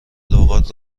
لغات